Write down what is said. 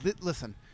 listen